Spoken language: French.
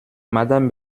madame